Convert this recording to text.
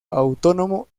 autónomo